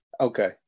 Okay